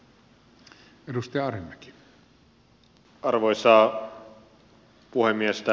arvoisa puhemies